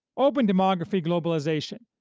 open-demography globalization,